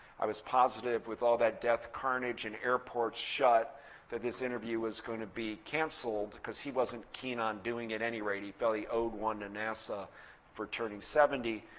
i was positive with all that death, carnage, and airports shut that this interview was going to be canceled because he wasn't keen on doing at any rate. he felt he owed one to nasa for turning seventy.